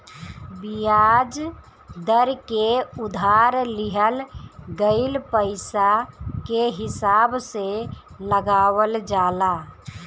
बियाज दर के उधार लिहल गईल पईसा के हिसाब से लगावल जाला